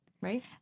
right